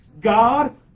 God